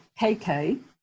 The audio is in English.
KK